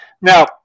now